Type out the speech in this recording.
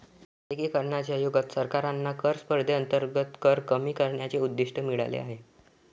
जागतिकीकरणाच्या युगात सरकारांना कर स्पर्धेअंतर्गत कर कमी करण्याचे उद्दिष्ट मिळाले आहे